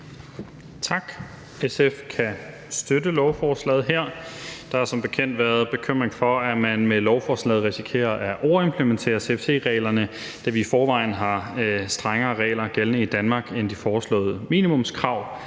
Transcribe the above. SF kan støtte lovforslaget her. Der har som bekendt været bekymring for, at man med lovforslaget risikerer at overimplementere CFC-reglerne, da vi i forvejen har strengere regler gældende i Danmark end de foreslåede minimumskrav.